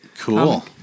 cool